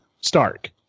Stark